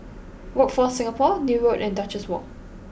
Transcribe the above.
Workforce Singapore Neil Road and Duchess Walk